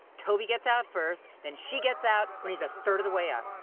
toby gets out first, then she gets out, when he's a third of the way up.